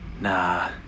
Nah